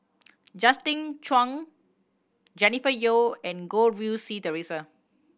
Justin Zhuang Jennifer Yeo and Goh Rui Si Theresa